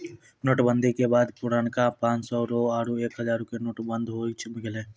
note बंदी के बाद पुरनका पांच सौ रो आरु एक हजारो के नोट बंद होय गेलै